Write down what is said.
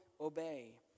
obey